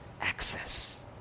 access